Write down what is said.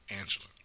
Angela